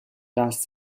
das